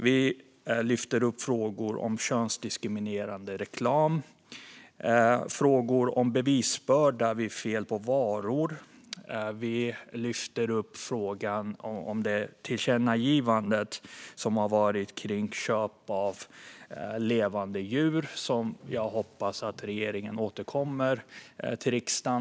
Vi tar också upp frågan om könsdiskriminerande reklam och om bevisbördan vid fel på varor, och när det gäller tillkännagivandet om köp av levande djur hoppas vi att regeringen återkommer till riksdagen.